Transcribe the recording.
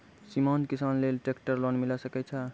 सीमांत किसान लेल ट्रेक्टर लोन मिलै सकय छै?